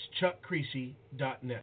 chuckcreasy.net